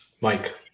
Mike